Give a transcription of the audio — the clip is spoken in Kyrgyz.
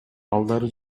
балдары